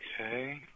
Okay